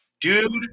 Dude